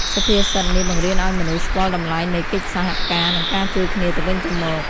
សុភាសិតនេះបង្រៀនឱ្យមនុស្សស្គាល់តម្លៃនៃកិច្ចសហការ និងការជួយគ្នាទៅវិញទៅមក។